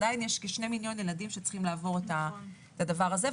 עדיין יש כשני מיליון ילדים שצריכים לעבור את הדבר הזה,